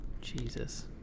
Jesus